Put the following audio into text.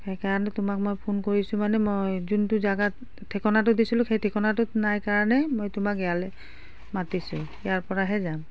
সেইকাৰণে তোমাক মই ফোন কৰিছোঁ মানে মই যোনটো জেগাত ঠিকনাটো দিছিলোঁ সেই ঠিকনাটোত নাই কাৰণে মই তোমাক ইয়ালৈ মাতিছোঁ ইয়াৰপৰাহে যাম